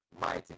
mighty